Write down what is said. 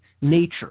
nature